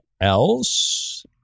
else